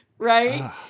Right